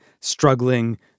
struggling